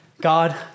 God